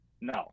No